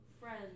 friends